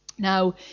Now